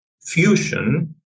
Fusion